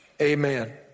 Amen